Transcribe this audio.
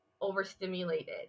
overstimulated